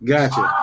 Gotcha